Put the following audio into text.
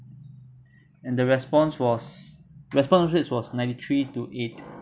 and the response was response rate was ninety three two eight